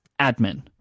admin